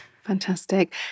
Fantastic